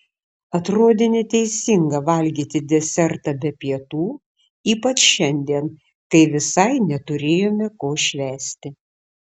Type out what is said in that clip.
atrodė neteisinga valgyti desertą be pietų ypač šiandien kai visai neturėjome ko švęsti